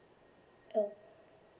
oh